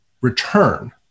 return